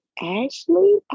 Ashley